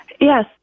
Yes